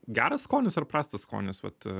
geras skonis ar prastas skonis vat